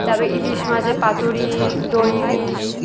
তারপর ইলিশ মাছের পাতুড়ি দই ইলিশ